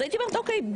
אז הייתי אומרת אוקיי,